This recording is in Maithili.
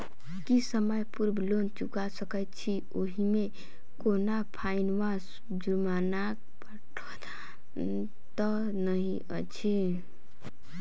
की समय पूर्व लोन चुका सकैत छी ओहिमे कोनो फाईन वा जुर्मानाक प्रावधान तऽ नहि अछि?